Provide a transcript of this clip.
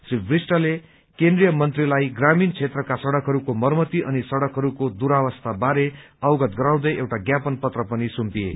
श्री विष्टले केन्द्रीय मन्त्रीलाई ग्रामीण क्षेत्रका सड़कहरूको मरम्मती अनि सड़कहरूको दुरावस्था बारे अवगत गराउँदै एउटा ज्ञापन पत्र पनि सुम्पिए